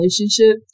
relationship